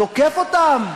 תוקף אותם.